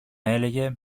έλεγε